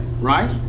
right